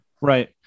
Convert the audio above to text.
Right